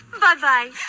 bye-bye